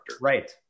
right